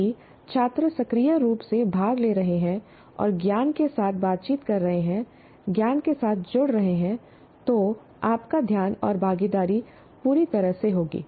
यदि छात्र सक्रिय रूप से भाग ले रहे हैं और ज्ञान के साथ बातचीत कर रहे हैं ज्ञान के साथ जुड़ रहे हैं तो आपका ध्यान और भागीदारी पूरी तरह से होगी